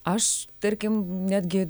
aš tarkim netgi